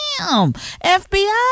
FBI